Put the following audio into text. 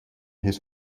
his